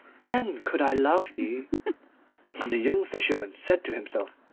then could i love thee and the young fisherman said to himself,